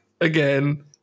again